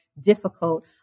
difficult